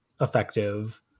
effective